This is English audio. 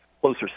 closer